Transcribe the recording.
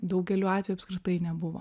daugeliu atvejų apskritai nebuvo